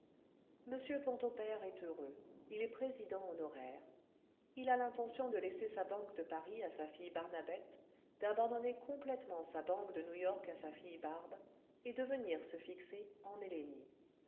m ponto père est heureux il est président honoraire il a l'intention de laisser sa banque de paris à sa fille barnabette d'abandonner complètement sa banque de new-york à sa fille barbe et de venir se fixer en hélénie